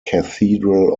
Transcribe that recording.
cathedral